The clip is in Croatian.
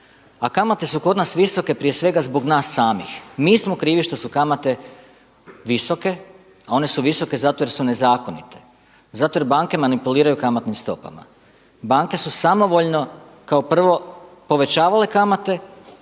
a kamate su kod visoke prije svega zbog nas samih. Mi smo krivi što su kamate visoke a one su visoke zato jer su nezakonite zato jer banke manipuliraju kamatnim stopama, banke su samovoljno kao prvo povećavale kamate,